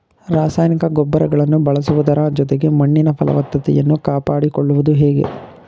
ರಾಸಾಯನಿಕ ಗೊಬ್ಬರಗಳನ್ನು ಬಳಸುವುದರ ಜೊತೆಗೆ ಮಣ್ಣಿನ ಫಲವತ್ತತೆಯನ್ನು ಕಾಪಾಡಿಕೊಳ್ಳಬಹುದೇ?